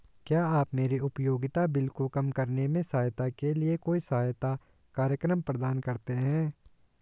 क्या आप मेरे उपयोगिता बिल को कम करने में सहायता के लिए कोई सहायता कार्यक्रम प्रदान करते हैं?